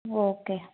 okay